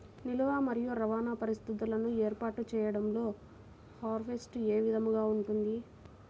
నిల్వ మరియు రవాణా పరిస్థితులను ఏర్పాటు చేయడంలో హార్వెస్ట్ ఏ విధముగా ఉంటుంది?